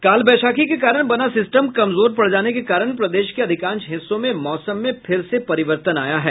काल वैशाखी के कारण बना सिस्टम कमजोर पड़ जाने के कारण प्रदेश के अधिकांश हिस्सों में मौसम में फिर से परिवर्तन आया है